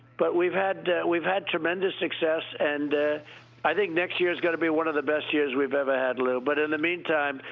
but we've had we've had tremendous success, and i think next year's going to be one of the best years we've ever had, lou. but in the meantime,